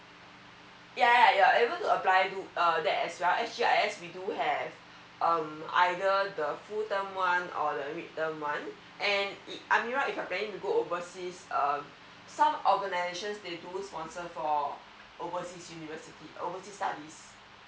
yeah yeah you are able to apply that as well s g i s we do have um either the full term one or the mid term one and amira if you're planning to go overseas um some organizations they do sponsor for overseas university overseas studies